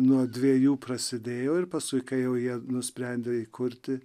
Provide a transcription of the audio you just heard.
nuo dviejų prasidėjo ir paskui kai jau jie nusprendė įkurti